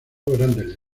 grandes